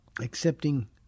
accepting